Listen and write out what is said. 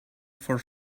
for